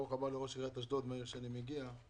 ברוך הבא לראש עיריית אשדוד, העיר שממנה אני מגיע.